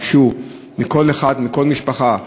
הן ביקשו מכל אחד ומכל משפחה: